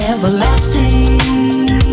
Everlasting